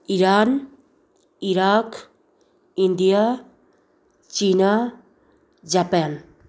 Iran Iraq India China Japan